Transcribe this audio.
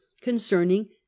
concerning